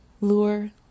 lure